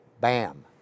bam